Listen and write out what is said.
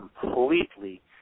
completely